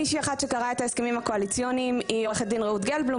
מישהי אחרת שקראה את ההסכמים הקואליציוניים היא עורכת דין רעות גלבלום